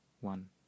one